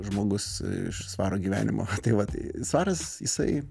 žmogus iš svaro gyvenimo tai va tai svaras jisai